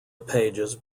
pages